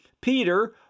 Peter